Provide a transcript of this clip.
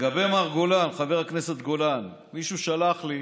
לגבי מר גולן, חבר הכנסת גולן, מישהו שלח לי